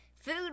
food